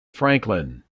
franklin